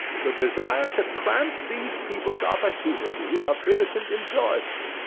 should desire to cramp these people's opportunities of innocent enjoyment.